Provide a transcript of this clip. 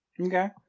Okay